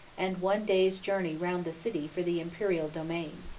and one day's journey round the city for the imperial domain.